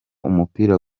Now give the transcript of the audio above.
umupira